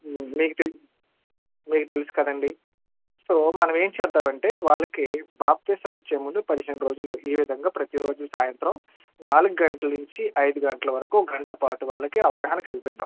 మీకు తె మీకు తెలుసు కదండీ సో మనం ఏంచేద్దాం అంటే వాళ్ళకి బాప్తీసం ఇచ్చే ముందు పదిహేను రోజులు ఈ విధంగా ప్రతి రోజు సాయంత్రం నాలుగు గంటల నుంచి ఐదు గంటల వరకు గంట పాటు వాళ్ళకి అవగాహన కల్పిద్దాం